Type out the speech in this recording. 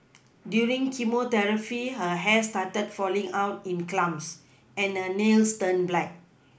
during chemotherapy her hair started falling out in clumps and her nails turned black